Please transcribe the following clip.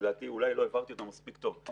שלצערי אולי לא העברתי אותה מספיק טוב: